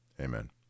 Amen